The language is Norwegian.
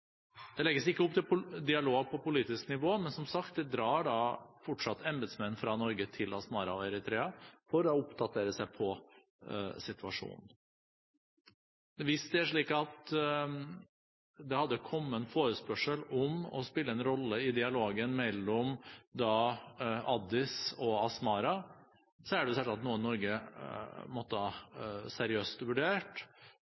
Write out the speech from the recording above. Det legges ikke opp til dialog på politisk nivå, men, som sagt, det drar fortsatt embetsmenn fra Norge til Asmara og Eritrea for å oppdatere seg på situasjonen. Hvis det hadde kommet en forespørsel om å spille en rolle i dialogen mellom Addis Abeba og Asmara, er det selvsagt noe Norge måtte ha